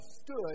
stood